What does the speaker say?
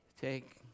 Take